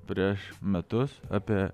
prieš metus apie